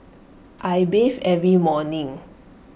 I bathe every morning